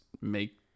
make